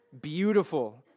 beautiful